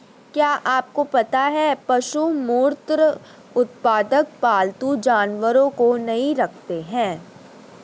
क्या आपको पता है पशु मुक्त उत्पादक पालतू जानवरों को नहीं रखते हैं?